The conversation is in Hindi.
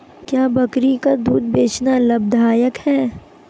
क्या बकरी का दूध बेचना लाभदायक है?